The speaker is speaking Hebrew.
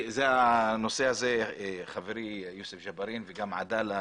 בנושא הזה חברי יוסף ג'בארין וגם עדאללה